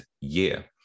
year